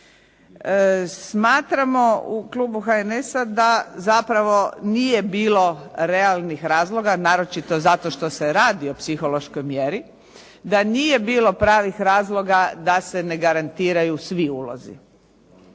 smatramo u klubu HNS-a da zapravo nije bilo realnih razloga naročito zato što se radi o psihološkoj mjeri, da nije bilo pravih razloga da se ne garantiraju svi ulozi.